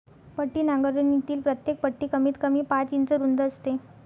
पट्टी नांगरणीतील प्रत्येक पट्टी कमीतकमी पाच इंच रुंद असते